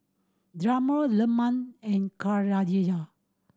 Zamrud Leman and Khadija